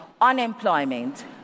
unemployment